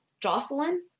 Jocelyn